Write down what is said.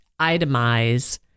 itemize